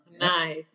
Nice